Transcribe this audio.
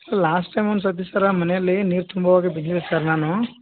last time ಒಂದು ಸರ್ತಿ ಸರ್ರ ಮನೆಯಲ್ಲಿ ನೀರು ತುಂಬುವಾಗ ಬಿದ್ದಿದ್ದೆ ಸರ್ ನಾನು